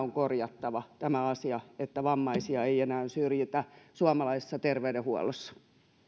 asia on korjattava että vammaisia ei enää syrjitä suomalaisessa terveydenhuollossa